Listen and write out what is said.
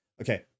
okay